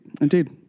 Indeed